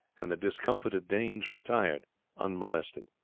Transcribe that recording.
and the discomfited danes retired unmolested.